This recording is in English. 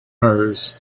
hers